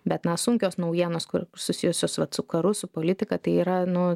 bet na sunkios naujienos kur susijusios vat su karu su politika tai yra nu